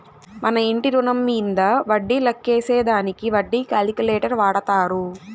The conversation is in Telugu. మన ఇంటి రుణం మీంద వడ్డీ లెక్కేసే దానికి వడ్డీ క్యాలిక్యులేటర్ వాడతారు